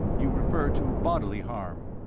you refer to bodily harm?